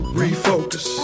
refocus